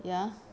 ya